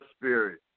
Spirit